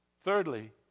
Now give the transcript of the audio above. Thirdly